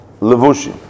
levushi